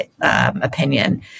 opinion